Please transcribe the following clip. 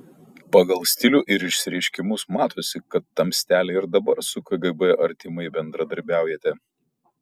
pagal stilių ir išsireiškimus matosi kad tamstelė ir dabar su kgb artimai bendradarbiaujate